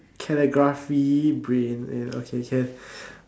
calligraphy brain and okay can